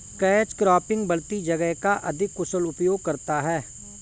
catch cropping बढ़ती जगह का अधिक कुशल उपयोग करता है